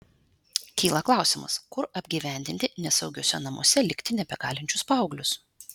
kyla klausimas kur apgyvendinti nesaugiuose namuose likti nebegalinčius paauglius